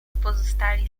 pozostali